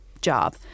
job